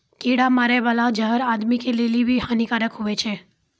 कीड़ा मारै बाला जहर आदमी के लेली भी हानि कारक हुवै छै